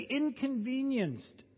inconvenienced